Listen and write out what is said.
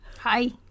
Hi